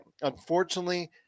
unfortunately